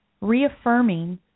reaffirming